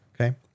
Okay